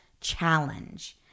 challenge